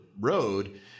road